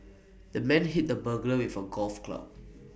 the man hit the burglar with A golf club